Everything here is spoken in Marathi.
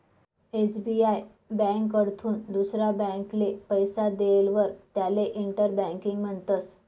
एस.बी.आय ब्यांककडथून दुसरा ब्यांकले पैसा देयेलवर त्याले इंटर बँकिंग म्हणतस